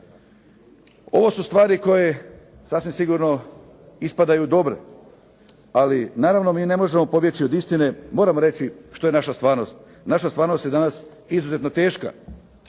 Ovo su stvari koje sasvim sigurno ispadaju dobre, ali naravno mi ne možemo pobjeći od istine. Moram reći što je naša stvarnost. Naša stvarnost je danas izuzetno teška.